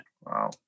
Wow